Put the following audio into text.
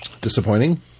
disappointing